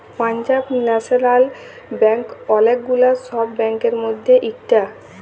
Punjab national bank ওলেক গুলা সব ব্যাংকের মধ্যে ইকটা